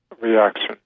reaction